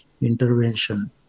intervention